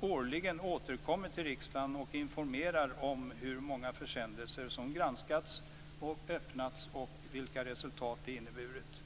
årligen återkommer till riksdagen och informerar om hur många försändelser som granskats och öppnats och vilka resultat det har inneburit.